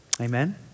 Amen